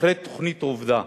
אחרי תוכנית "עובדה"